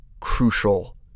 crucial